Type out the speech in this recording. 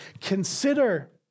consider